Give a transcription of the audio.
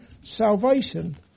salvation